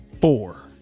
four